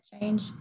change